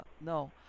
no